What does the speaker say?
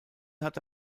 hatte